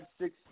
six